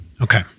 Okay